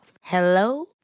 Hello